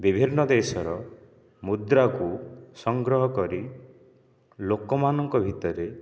ବିଭିନ୍ନ ଦେଶର ମୁଦ୍ରାକୁ ସଂଗ୍ରହ କରି ଲୋକମାନଙ୍କ ଭିତରେ